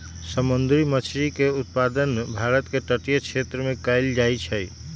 समुंदरी मछरी के उत्पादन भारत के तटीय क्षेत्रमें कएल जाइ छइ